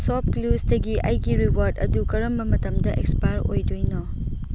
shop ꯀ꯭ꯂꯨꯁꯇꯒꯤ ꯑꯩꯒꯤ reward ꯑꯗꯨ ꯀꯔꯝꯕ ꯃꯇꯝꯗ ꯑꯦꯛꯁꯄꯥꯏꯌꯔ ꯑꯣꯏꯗꯣꯏꯅꯣ